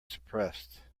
suppressed